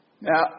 Now